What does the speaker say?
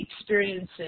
experiences